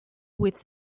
with